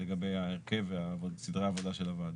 לגבי ההרכב וסדרי העבודה של הוועדה.